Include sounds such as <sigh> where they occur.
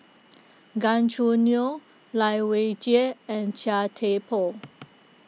<noise> Gan Choo Neo Lai Weijie and Chia Thye Poh